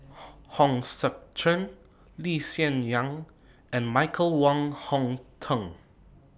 Hong Sek Chern Lee Hsien Yang and Michael Wong Hong Teng